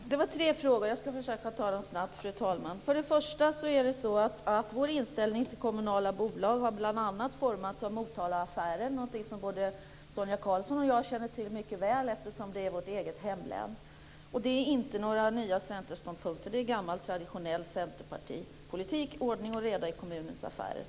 Fru talman! Det var tre frågor. Jag ska försöka ta upp dem snabbt. För det första har vår inställning till kommunala bolag bl.a. formats av Motalaaffären, som både Sonia Karlsson och jag känner till mycket väl, eftersom det handlar om vårt eget hemlän. Det är inte några nya Centerståndpunkter. Det är gammal traditionell Centerpartipolitik. Vår ståndpunkt är att det ska vara ordning och reda i kommunens affärer.